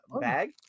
bag